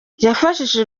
yafashije